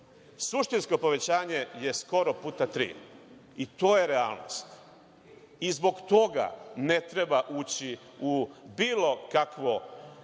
suštinsko povećanje je skoro puta tri. To je realnost. Zbog toga ne treba ući u bilo kakvo